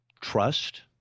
trust